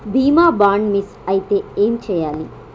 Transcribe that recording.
బీమా bond miss అయితే ఏం చేయాలి?